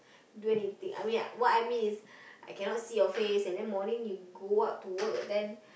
do anything I mean what I mean is I cannot see your face and then morning you go out to work then